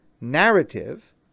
narrative